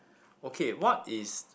okay what is